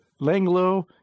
Langlo